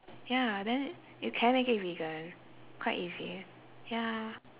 ya then you can make it vegan quite easy ya